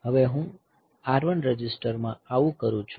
હવે હું R1 register માં આવું કરું છું